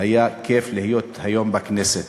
היה כיף להיות היום בכנסת.